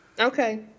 Okay